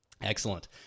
Excellent